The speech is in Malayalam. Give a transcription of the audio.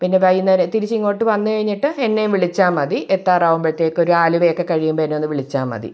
പിന്നെ വൈകുന്നേരം തിരിച്ചിങ്ങോട്ട് വന്ന് കഴിഞ്ഞിട്ട് എന്നെ വിളിച്ചാൽ മതി എത്താറാവുമ്പത്തേക്കൊരു ആലുവയൊക്കെ കഴിയുമ്പോൾ എന്നൊന്ന് വിളിച്ചാൽ മതി